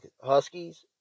Huskies